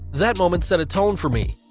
that moment set a tone for me.